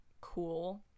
cool